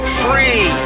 free